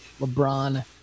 LeBron